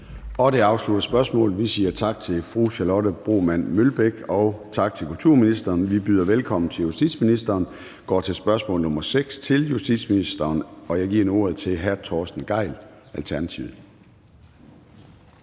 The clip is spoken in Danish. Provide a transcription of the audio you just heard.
Det afslutter spørgsmålet. Vi siger tak til fru Charlotte Broman Mølbæk og tak til kulturministeren. Vi byder velkommen til justitsministeren og går til spørgsmål nr. 6 til justitsministeren. Kl. 13:52 Spm. nr. S 235 (omtrykt)